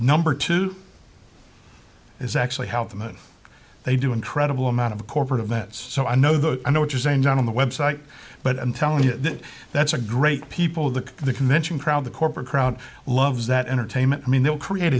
number two it's actually helped them and they do incredible amount of corporate events so i know that i know what you're saying down on the website but i'm telling you that that's a great people that the convention crowd the corporate crowd loves that entertainment i mean they'll create